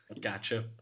Gotcha